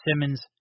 Simmons